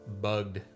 bugged